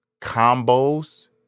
combos